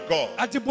God